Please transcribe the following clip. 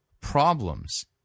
problems